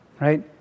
right